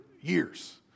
years